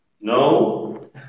No